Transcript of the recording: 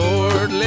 Lord